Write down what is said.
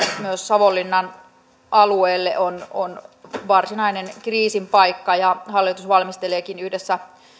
myös savonlinnan alueelle on on varsinainen kriisin paikka hallitus valmisteleekin yhdessä